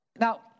Now